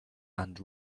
and